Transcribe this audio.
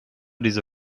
diese